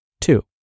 Two